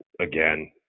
again